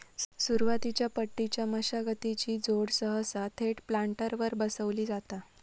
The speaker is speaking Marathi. सुरुवातीच्या पट्टीच्या मशागतीची जोड सहसा थेट प्लांटरवर बसवली जाता